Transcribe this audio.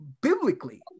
biblically